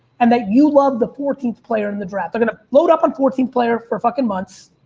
and that you love the fourteenth player in the draft. they're going to load up on fourteenth player for fucking months.